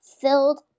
filled